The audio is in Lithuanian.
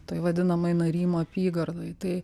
toj vadinamoj narymo apygardoj tai